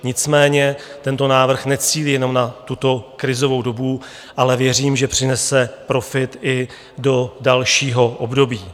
Nicméně tento návrh necílí jenom na tuto krizovou dobu, ale věřím, že přinese profit i do dalšího období.